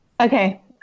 Okay